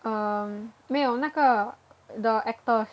um 没有那个 the actors